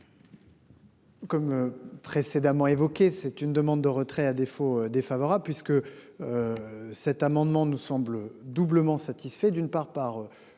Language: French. Comme précédemment évoqué, c'est une demande de retrait à défaut défavorable puisque. Cet amendement, nous semble doublement satisfait d'une part par